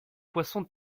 poisson